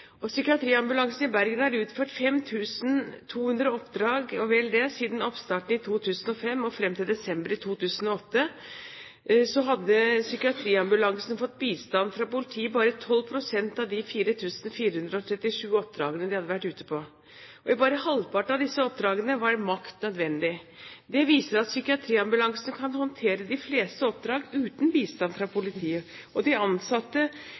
politiet. Psykiatriambulansen i Bergen har utført 5 200 oppdrag og vel det. Siden oppstarten i 2005 og fram til desember i 2008 hadde psykiatriambulansen fått bistand fra politiet i bare 12 pst. av de 4 437 oppdragene de hadde vært ute på. I bare halvparten av disse oppdragene var makt nødvendig. Det viser at psykiatriambulansen kan håndtere de fleste oppdrag uten bistand fra politiet. De ansatte